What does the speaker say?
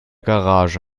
garage